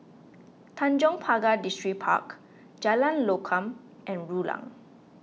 Tanjong Pagar Distripark Jalan Lokam and Rulang